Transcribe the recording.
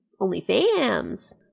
OnlyFans